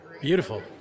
Beautiful